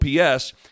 OPS